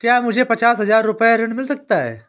क्या मुझे पचास हजार रूपए ऋण मिल सकता है?